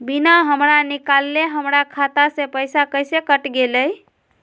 बिना हमरा निकालले, हमर खाता से पैसा कैसे कट गेलई?